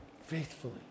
faithfully